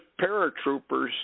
paratroopers